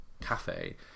cafe